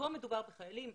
בחיילים